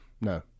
no